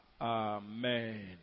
Amen